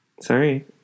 sorry